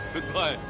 Goodbye